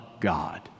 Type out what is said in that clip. God